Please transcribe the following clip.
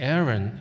Aaron